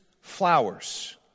flowers